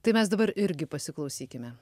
tai mes dabar irgi pasiklausykime